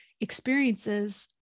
experiences